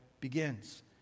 begins